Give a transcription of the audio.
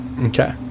Okay